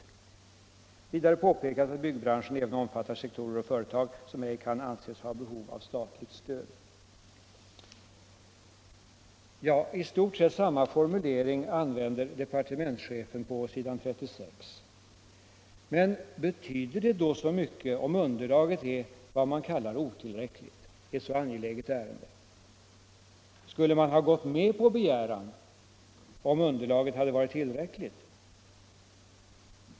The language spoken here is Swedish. Vidare påpekas att byggbranschen även omfattar sektorer och företag som ej kan anses ha behov av statligt stöd.” I stort sett samma formulering använder departementschefen på s. 36. Men betyder det då så mycket om underlaget i ett så angeläget ärende är vad man kallar otillräckligt? Skulle man ha gått med på denna begäran om underlaget hade varit tillräckligt?